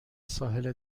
ساحل